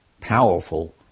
powerful